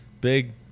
big